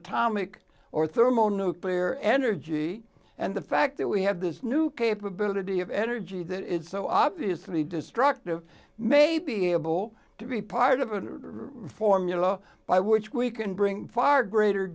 atomic or thermonuclear energy and the fact that we have this new capability of energy that it's so obviously destructive may be able to be part of a formula by which we can bring far greater